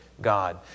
God